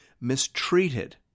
mistreated